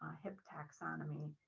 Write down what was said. hip taxonomy.